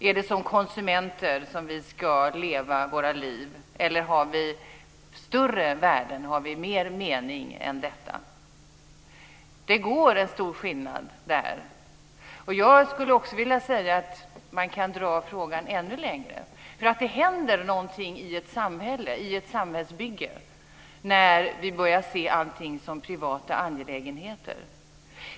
Är det som konsumenter vi ska leva våra liv, eller har vi större värden och mer mening än så? Det är stor skillnad där. Jag skulle också vilja säga att man kan dra frågan ännu längre. Det händer någonting i ett samhälle när vi börjar se allting som privata angelägenheter.